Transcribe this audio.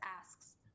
asks